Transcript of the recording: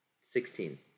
sixteen